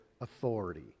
authority